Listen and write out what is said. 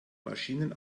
maschinen